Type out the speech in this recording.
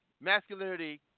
masculinity